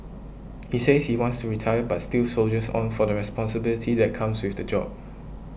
he says he wants to retire but still soldiers on for the responsibility that comes with the job